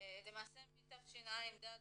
למעשה מתשע"ד,